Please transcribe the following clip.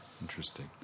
Interesting